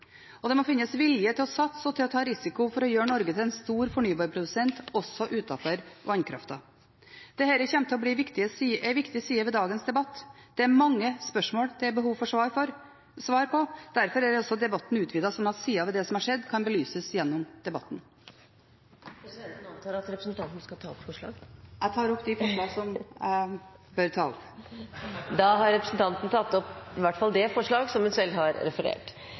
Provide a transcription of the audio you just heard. og det må finnes vilje til å satse og ta risiko for å gjøre Norge til en stor fornybarprodusent, også utenfor vannkraften. Dette kommer til å bli en viktig side ved dagens debatt. Det er mange spørsmål det er behov for svar på. Derfor er også debatten utvidet, slik at sider ved det som har skjedd, kan belyses gjennom debatten. Presidenten antar at representanten skal ta opp et forslag? Jeg tar opp det forslaget Senterpartiet har i saken. Da har representanten Marit Arnstad tatt opp det forslaget hun